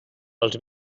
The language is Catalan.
els